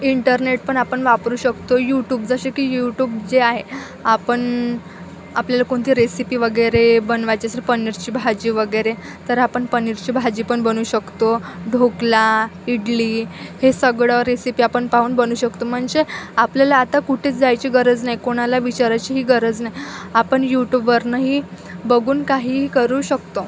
internet पण आपण वापरू शकतो यूटूब जसे की यूटूब जे आहे आपण आपल्याला कोणती रेसिपी वगैरे बनवायची असेल पनीरची भाजी वगैरे तर आपण पनीरची भाजी पण बनवू शकतो ढोकळा इडली हे सगळं रेसिपी आपण पाहून बनवू शकतो म्हणजे आपल्याला आता कुठेच जायची गरज नाही कोणाला विचारायचीही गरज नाही आपण यूटूबवरूनही बघून काहीही करू शकतो